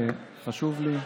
חשוב לי,